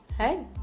Hey